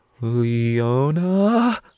Leona